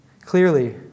Clearly